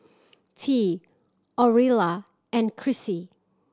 Tea Aurilla and Chrissy